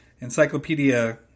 Encyclopedia